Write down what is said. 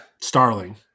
Starling